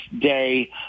day